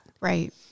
Right